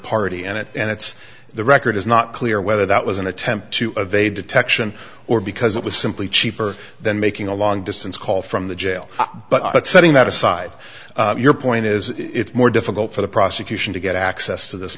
party and it's the record is not clear whether that was an attempt to evade detection or because it was simply cheaper than making a long distance call from the jail but setting that aside your point is it's more difficult for the prosecution to get access to this